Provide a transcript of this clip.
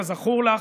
כזכור לך,